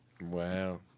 Wow